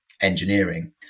engineering